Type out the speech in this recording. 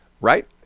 Right